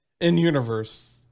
In-universe